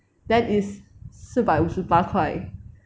then is 四百五十八块